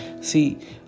see